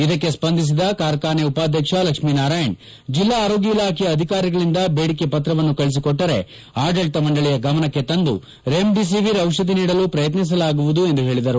ಇದಕ್ಕೆ ಸ್ತಂದಿಸಿದ ಕಾರ್ಖಾನೆಯ ಉಪಾಧ್ವಕ್ಷ ಲಕ್ಷ್ಮೀನಾರಾಯಣ್ ಜಲ್ಲಾ ಆರೋಗ್ಯಇಲಾಖೆಯ ಅಧಿಕಾರಿಗಳಿಂದ ಬೇಡಿಕೆಯ ಪತ್ರವನ್ನು ಕಳುಹಿಸಿಕೊಟ್ಟರೆ ಆಡಳಿತಮಂಡಳಿಯ ಗಮನಕ್ಕೆ ತಂದು ರೆಮ್ನಿಸಿವಿರ್ ಡಿಷಧಿ ನೀಡಲು ಪ್ರಯಕ್ಷಿಸಲಾಗುವುದು ಎಂದು ಪೇದರು